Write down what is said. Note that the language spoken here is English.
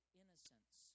innocence